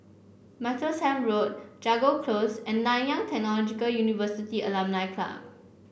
Martlesham Road Jago Close and Nanyang Technological University Alumni Club